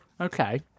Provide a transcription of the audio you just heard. Okay